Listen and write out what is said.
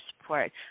support